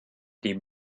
die